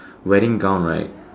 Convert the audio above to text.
wedding gown right